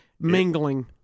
mingling